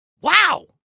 Wow